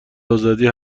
آزادی